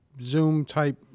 Zoom-type